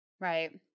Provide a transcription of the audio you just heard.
Right